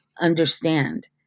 understand